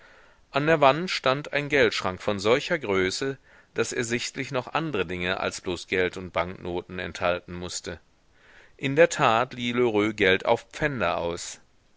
an der wand stand ein geldschrank von solcher größe daß er sichtlich noch andre dinge als bloß geld und banknoten enthalten mußte in der tat lieh lheureux geld auf pfänder aus